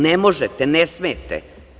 Ne možete, ne smete.